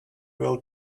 will